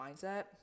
mindset